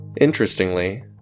Interestingly